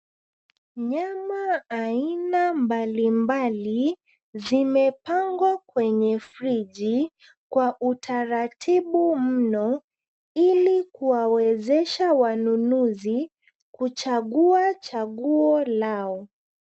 Nyama aina mbalimbali zimepangwa kwenye friji kwa utaratibu mno ili kuwawezesha wananunuzi kuchagua chaguo lao.